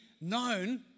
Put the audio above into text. known